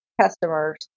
customers